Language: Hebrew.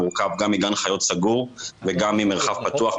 מורכב גם מגן חיות סגור וגם ממרחב פתוח,